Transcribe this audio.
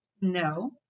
No